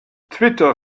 twitter